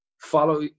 follow